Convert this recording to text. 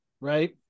right